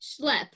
Schlep